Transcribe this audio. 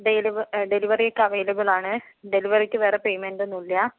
delivery ഡെലിവെറിയൊക്കെ അവൈലബിളാണ് ഡെലിവെറിയ്ക്ക് വേറെ പേയ്മെന്റോന്നുമില്ല